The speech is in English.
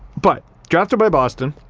but, drafted by boston